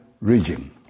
region